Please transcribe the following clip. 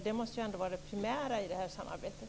Det måste ändå vara det primära i det här samarbetet.